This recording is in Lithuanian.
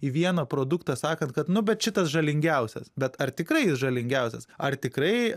į vieną produktą sakant kad nu bet šitas žalingiausias bet ar tikrai žalingiausias ar tikrai